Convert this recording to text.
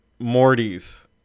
Mortys